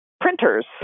printers